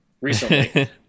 recently